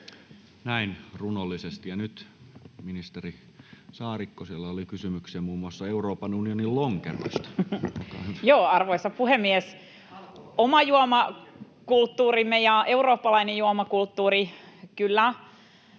Näin, runollisesti. — Ja nyt ministeri Saarikko. Siellä oli kysymyksiä muun muassa Euroopan unionin lonkeroista. Olkaa hyvä. Arvoisa puhemies! Oma juomakulttuurimme ja eurooppalainen juomakulttuuri, kyllä